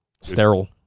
Sterile